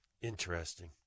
Interesting